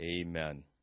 Amen